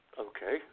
okay